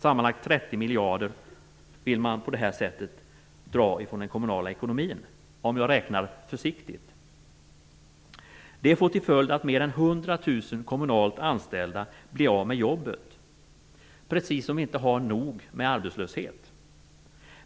Sammanlagt 30 miljarder vill man på det här sättet dra från den kommunala ekonomin, om jag räknar försiktigt. Det får till följd att mer än hundra tusen kommunalt anställda blir av med jobbet. Precis som om vi inte har nog med arbetslöshet.